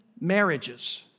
marriages